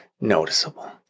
noticeable